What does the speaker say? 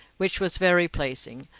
which was very pleasing,